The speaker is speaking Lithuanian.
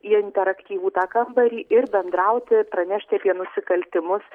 į interaktyvų tą kambarį ir bendrauti pranešti apie nusikaltimus